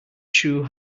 shoe